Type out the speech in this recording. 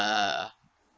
err